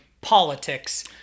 politics